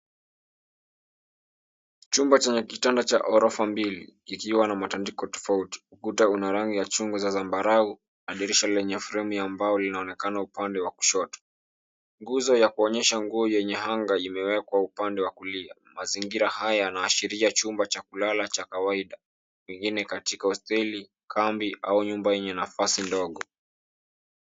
Chumba chenye kitanda cha ghorofa mbili, kikiwa na matandiko tofauti. Ukuta una rangi ya chungwa za zambarau na dirisha lenye fremu ya mbao linaonekana upande wa kushoto. Nguzo ya kuonyesha nguo yenye hanga imewekwa upande wa kulia. Mazingira haya yanaashiria chumba cha kulala cha kawaida, pengine katika hosteli, kambi au nyuma yenye nafasi ndogo.